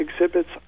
exhibits